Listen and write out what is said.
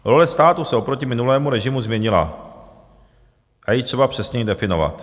Role státu se oproti minulému režimu změnila a je třeba přesně ji definovat.